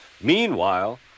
Meanwhile